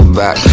back